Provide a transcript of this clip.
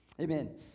Amen